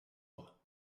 bras